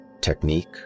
Technique